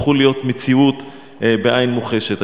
והם הפכו להיות מציאות בעין מוחשת.